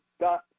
got